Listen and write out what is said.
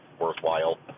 worthwhile